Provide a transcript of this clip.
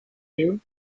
you